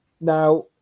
Now